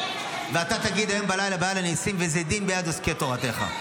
ואתה תגיד היום בלילה ב"על הניסים": "וזדים ביד עוסקי תורתך".